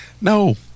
No